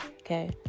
okay